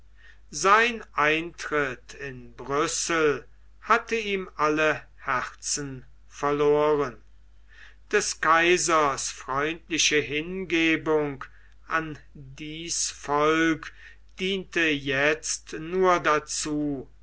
sein eintritt in brüssel hatte ihm alle herzen verloren des kaisers freundliche hingebung an dies volk diente jetzt nur dazu